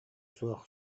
суох